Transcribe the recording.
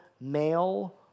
male